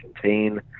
contain